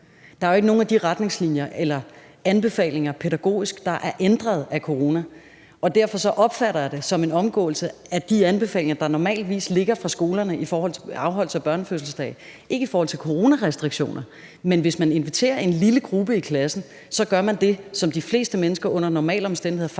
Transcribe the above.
Der er jo ikke nogen af de pædagogiske anbefalinger, der er ændret på grund af corona, og derfor opfatter jeg det som en omgåelse af de anbefalinger, der normalt ligger for skolerne, i forhold til afholdelse af børnefødselsdage. Det er ikke i forhold til coronarestriktioner, men hvis man inviterer en lille gruppe i klassen, gør man det, som de fleste mennesker under normale omstændigheder faktisk